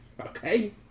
Okay